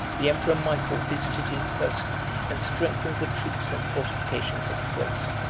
the emperor michael visited in person and strengthened the troops and fortifications of thrace.